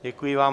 Děkuji vám.